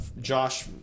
Josh